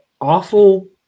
awful